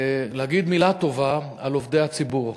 להגיד מילה טובה על עובדי הציבור,